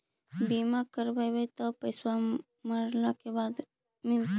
बिमा करैबैय त पैसा मरला के बाद मिलता?